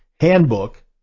handbook